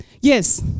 Yes